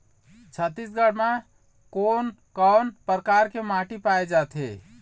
छत्तीसगढ़ म कोन कौन प्रकार के माटी पाए जाथे?